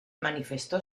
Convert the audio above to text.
manifestó